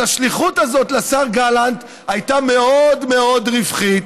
אז השליחות הזאת לשר גלנט הייתה מאוד מאוד רווחית,